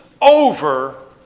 over